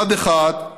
מצד אחד,